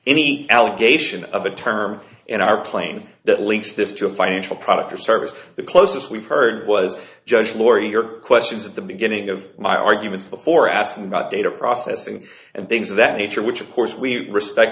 any allegation of a term in our plane that links this to a financial product or service the closest we've heard was judge laurie your questions at the beginning of my arguments before asking about data processing and things of that nature which of course we respect